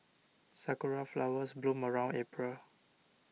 sakura flowers bloom around April